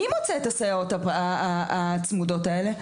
מי מוצא את הסייעות הצמודות האלה?